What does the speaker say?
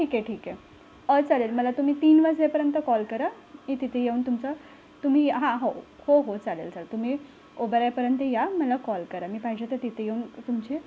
ठीक आहे ठीक आहे चालेल मला तुम्ही तीन वाजेपर्यंत कॉल करा मी तिथे येऊन तुमचा तुम्ही हा हो हो हो चालेल चालेल तुम्ही ओबेरायपर्यंत या मला कॉल करा मी पाहिजे तर तिथे येऊन तुमचे